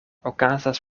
okazas